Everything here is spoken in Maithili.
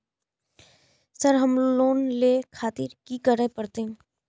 सर हमरो लोन ले खातिर की करें परतें?